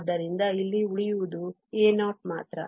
ಆದ್ದರಿಂದ ಇಲ್ಲಿ ಉಳಿದಿರುವುದು a0 ಮಾತ್ರ